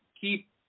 keep